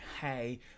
Hey